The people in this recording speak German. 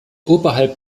oberhalb